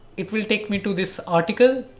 it will take me to this article,